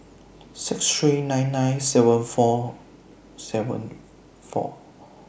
six three nine nine seven four seven four